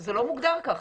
זה לא מוגדר ככה.